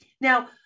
Now